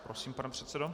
Prosím, pane předsedo.